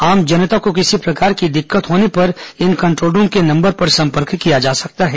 आम जनता को किसी प्रकार की दिक्कत होने पर इन कंट्रोल रूम के नंबर पर संपर्क किया जा सकता है